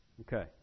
Okay